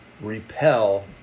repel